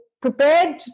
prepared